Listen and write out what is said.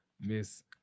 Miss